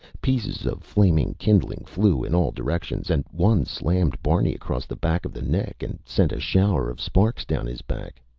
pieces of flaming kindling flew in all directions and one slammed barney across the back of the neck and sent a shower of sparks down his back.